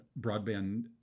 broadband